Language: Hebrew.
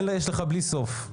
יש לך בלי סוף.